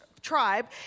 tribe